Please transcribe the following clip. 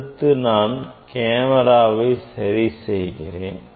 அடுத்த நான் கேமராவை சரி செய்கிறேன்